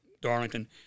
Darlington